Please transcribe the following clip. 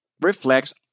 reflects